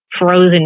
frozen